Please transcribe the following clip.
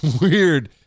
weird